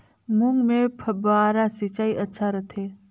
मूंग मे फव्वारा सिंचाई अच्छा रथे?